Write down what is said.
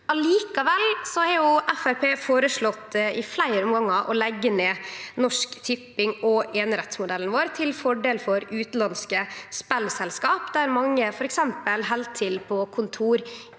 fleire omgangar føreslått å leggje ned Norsk Tipping og einerettsmodellen vår til fordel for utanlandske spelselskap, der mange f.eks. held til på kontor